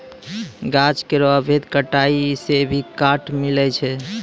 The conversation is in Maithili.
गाछ केरो अवैध कटाई सें भी काठ मिलय छै